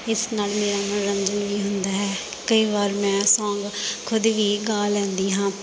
ਇਸ ਨਾਲ ਮੇਰਾ ਮਨੋਰੰਜਨ ਵੀ ਹੁੰਦਾ ਹੈ ਕਈ ਵਾਰ ਮੈਂ ਸੋਂਗ ਖੁਦ ਹੀ ਗਾ ਲੈਂਦੀ ਹਾਂ